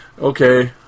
okay